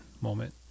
moment